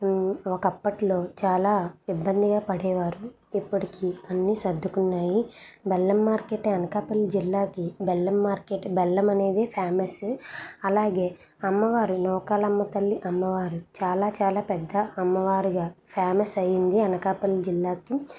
ఒకప్పట్లో చాలా ఇబ్బందిగా పడేవారు ఇప్పటికీ అన్నీ సర్దుకున్నాయి బెల్లం మార్కెటే అనకాపల్లి జిల్లాకి బెల్లం మార్కెట్ బెల్లం అనేది ఫేమస్ అలాగే అమ్మవారు నూకాలమ్మ తల్లి అమ్మవారు చాలా చాలా పెద్ద అమ్మవారుగా ఫేమస్ అయింది అనకాపల్లి జిల్లాకి